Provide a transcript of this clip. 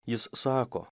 jis sako